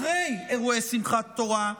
אחרי אירועי שמחת תורה,